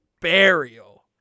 burial